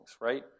right